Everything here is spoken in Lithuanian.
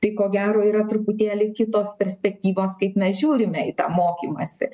tai ko gero yra truputėlį kitos perspektyvos kaip mes žiūrime į tą mokymąsi